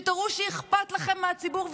שתראו שאכפת לכם מהציבור.